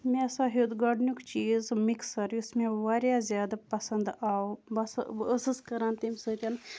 مےٚ ہسا ہیوٚت گۄڈٕنیُک چیٖز مِکسَر یُس مےٚ واریاہ زیادٕ پَسند آو بہٕ ہسا بہٕ ٲسٕس کران تَمہِ سۭتۍ